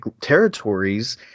territories